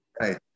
right